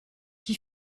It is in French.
qui